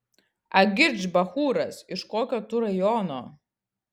agirdž bachūras iš kokio tu rajono